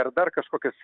ar dar kažkokius